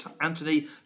Anthony